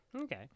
Okay